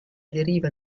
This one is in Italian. deriva